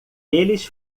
eles